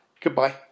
goodbye